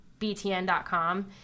btn.com